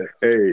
Hey